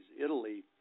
italy